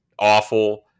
awful